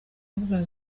avuga